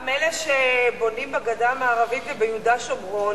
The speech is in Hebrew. גם אלה שבונים בגדה המערבית וביהודה ושומרון,